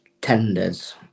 tenders